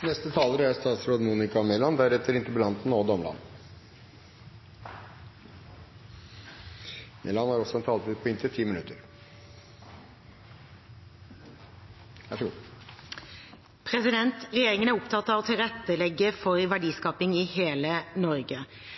Regjeringen er opptatt av å tilrettelegge for verdiskaping i hele Norge.